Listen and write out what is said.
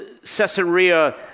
Caesarea